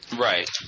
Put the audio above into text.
Right